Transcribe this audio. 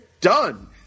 done